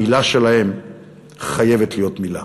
המילה שלהם חייבת להיות מילה.